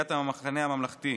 סיעת המחנה הממלכתי,